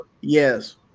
Yes